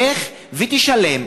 לך ותשלם.